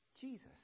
Jesus